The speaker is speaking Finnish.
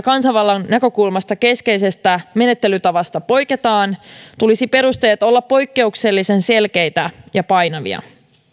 kansanvallan näkökulmasta keskeisestä menettelytavasta poiketaan tulisi perusteiden olla poikkeuksellisen selkeitä ja painavia